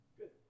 Good